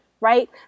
right